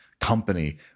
company